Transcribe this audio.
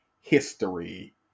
history